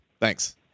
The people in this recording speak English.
Thanks